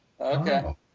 Okay